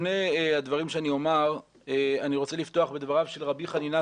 לפני הדברים שאני אומר אני רוצה לפתוח בדבריו של ר' חנינא